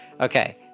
Okay